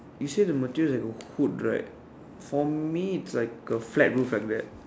you say the material is like a hood right for me is like a flat roof like that